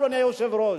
אדוני היושב-ראש.